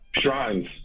Shrines